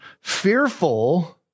fearful